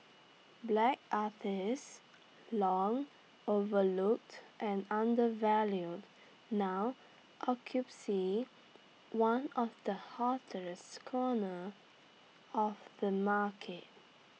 black artists long overlooked and undervalued now one of the hottest corners of the market